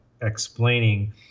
explaining